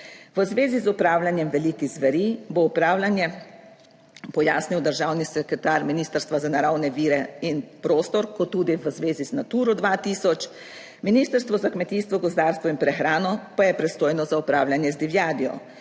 V zvezi z opravljanjem velikih zveri bo opravljanje pojasnil državni sekretar Ministrstva za naravne vire in prostor, kot tudi v zvezi z Naturo 2000. Ministrstvo za kmetijstvo, gozdarstvo in prehrano pa je pristojno za upravljanje z divjadjo.